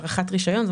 בהארכת רשיון.